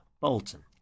Bolton